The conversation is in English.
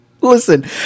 Listen